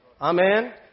Amen